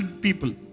people